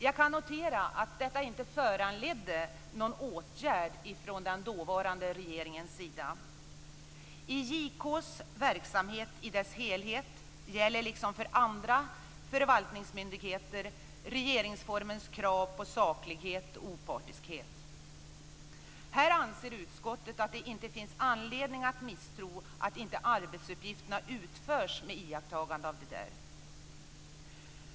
Jag kan notera att detta inte föranledde någon åtgärd från den dåvarande regeringens sida. I JK:s verksamhet i dess helhet gäller liksom för andra förvaltningsmyndigheter regeringsformens krav på saklighet och opartiskhet. Här anser utskottet att det inte finns anledning att misstro att inte arbetsuppgifterna utförs med iakttagande av detta.